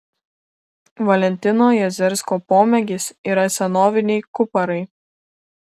valentino jazersko pomėgis yra senoviniai kuparai